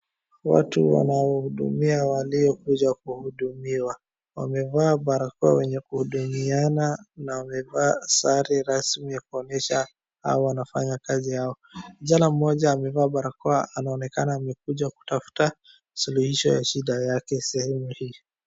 Watu wanawahudumia waliokuja kuhudumiwa. Wamevaa barakoa wenye kuhudumiana na wamevaa sare rasmi ya kuonyesha hao wanafanya kazi yao. Kijana mmoja amevaa barakoa anaonekana amekuja kutafta suluhisho ya shida yake sehemu hii.